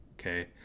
okay